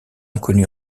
inconnu